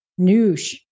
noosh